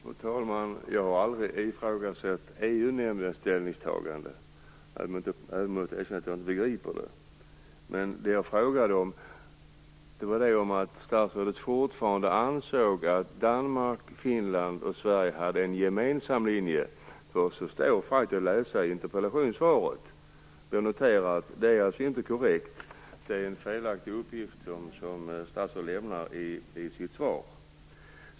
Fru talman! Jag har aldrig ifrågasatt EU-nämndens ställningstagande, även om jag måste erkänna att jag inte begriper det. Det jag frågade var om statsrådet fortfarande ansåg att Danmark, Finland och Sverige hade en gemensam linje. Det står faktiskt att läsa i interpellationssvaret. Jag noterar att det inte är korrekt, utan att det är en felaktig uppgift som statsrådet lämnar i sitt svar.